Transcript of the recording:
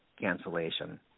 cancellation